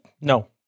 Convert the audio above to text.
No